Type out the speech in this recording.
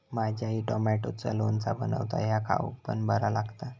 माझी आई टॉमॅटोचा लोणचा बनवता ह्या खाउक पण बरा लागता